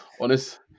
Honest